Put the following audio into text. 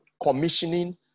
commissioning